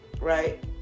Right